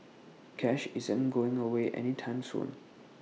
cash isn't going away any time soon